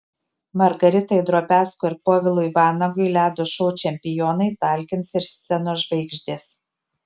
margaritai drobiazko ir povilui vanagui ledo šou čempionai talkins ir scenos žvaigždės